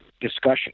discussion